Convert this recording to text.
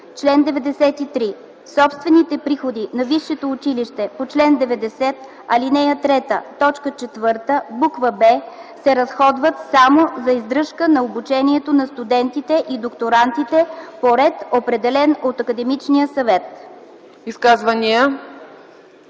„Чл. 93. Собствените приходи на висшето училище по чл. 90, ал. 3, ал. 4, буква „б” се разходват само за издръжка на обучението на студентите и докторантите, по ред, определен от академичния съвет.”